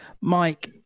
Mike